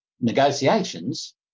negotiations